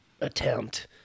attempt